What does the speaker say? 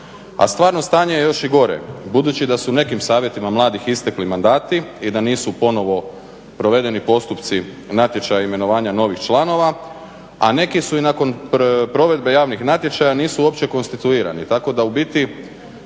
A stvarno stanje je još i gore budući da su nekim savjetima mladih istekli mandati i da nisu ponovno provedeni postupci natječaja imenovanja novih članova a neki i nakon provedbe javnih natječaja nisu uopće konstituirani. Tako da u biti